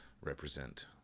represent